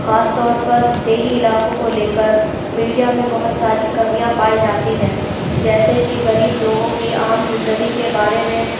خاص طور پر دیہی علاقوں کو لے کر میڈیا میں بہت ساری کمیاں پائی جاتی ہیں جیسے کہ غریب لوگوں کی عام زندگی کے بارے میں